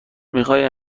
میخوای